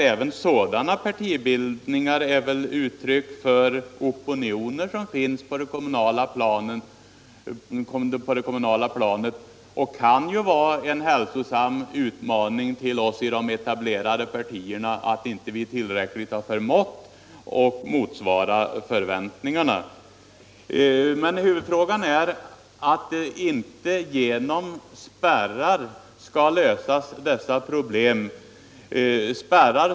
Även sådana partibildningar är uttryck för opinioner som finns på det kommunala planet och kan vara en utmaning för oss i de etablerade partierna att vi inte förmått motsvara förväntningarna. Men huvudfrågan gäller ju att dessa problem inte skall lösas genom spärrar.